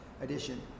edition